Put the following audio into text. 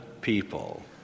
people